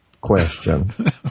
question